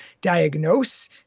diagnose